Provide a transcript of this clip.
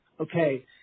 Okay